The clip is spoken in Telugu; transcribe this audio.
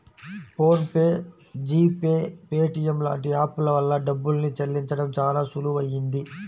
phone pay, GPay, Paytm లాంటి యాప్ ల వల్ల డబ్బుల్ని చెల్లించడం చానా సులువయ్యింది